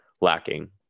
lacking